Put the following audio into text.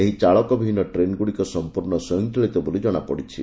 ଏହି ଚାଳକ ବିହିନ ଟ୍ରେନ୍ଗୁଡ଼ିକ ସମ୍ପୂର୍ଣ୍ଣ ସ୍ୱୟଂଚାଳିତ ବୋଲି ଜଣାଯାଇଛି